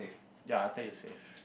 ya after you save